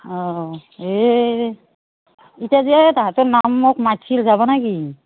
অঁ এই এতিয়াযি এই তাহাঁতৰ নামত মাতছিল যাব নকি